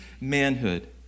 manhood